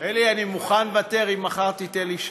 אלי, אני מוכן לוותר אם מחר תיתן לי שנה.